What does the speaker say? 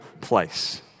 place